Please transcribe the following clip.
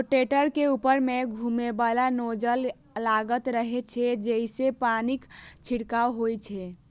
rotator के ऊपर मे घुमैबला नोजल लागल रहै छै, जइसे पानिक छिड़काव होइ छै